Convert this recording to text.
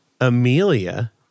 Amelia